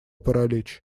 паралич